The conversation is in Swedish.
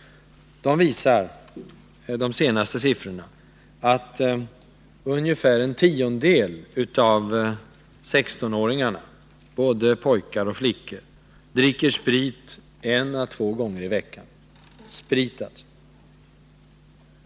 De senaste siffrorna visar att ungefär en tiondel av 16-åringarna, både pojkar och flickor, dricker sprit en å två gånger i veckan.